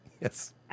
Yes